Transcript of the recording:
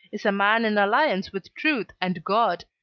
is a man in alliance with truth and god.